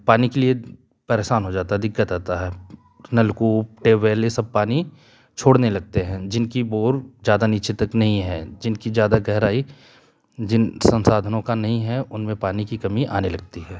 पानी के लिए परेशान हो जाता है दिक्कत आता है नल कूपट्यूबवेल सब पानी छोड़ने लगते हैं जिनकी बोर ज्यादा नीचे तक नहीं है जिनकी ज्यादा गहराई जिन संसाधनों का नहीं है उनमें पानी की कमी आने लगती है